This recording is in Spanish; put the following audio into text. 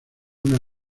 una